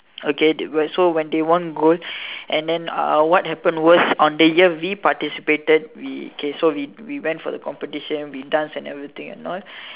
okay they do when they won gold and then uh what happened was on the year we participated we okay so we we went for the competition danced and everything and all